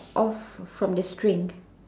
off from the string